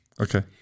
Okay